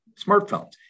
smartphones